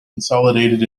consolidated